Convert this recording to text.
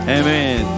amen